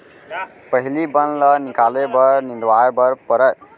पहिली बन ल निकाले बर निंदवाए बर परय